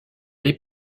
les